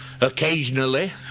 occasionally